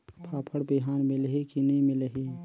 फाफण बिहान मिलही की नी मिलही?